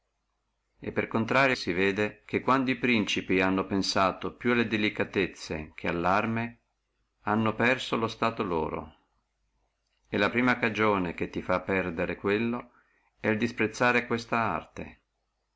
e per avverso si vede che quando e principi hanno pensato più alle delicatezze che alle arme hanno perso lo stato loro e la prima cagione che ti fa perdere quello è negligere questa arte